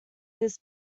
this